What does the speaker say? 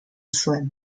zuen